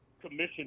commission